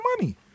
money